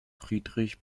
friedrich